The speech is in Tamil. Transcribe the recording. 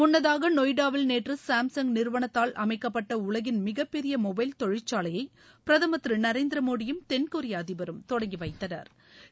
முன்னதாக நொய்டாவில் நேற்று சாம்சங் நிறுவனத்தால் அமைக்கப்பட்ட உலகின் மிகப்பெரிய மொபைல் தொழிற்சாலைய பிரதமா் திரு நரேந்திர மோடியும் தென்கொரிய அதிபரும் தொடங்கி வைத்தனா்